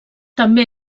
també